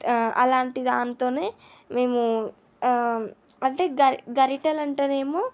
అలాంటి దాంతోనే మేము అంటే గ గరిటలు అంటేనేమో